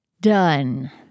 done